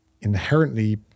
inherently